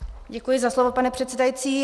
Děkuji za slovo, pane předsedající.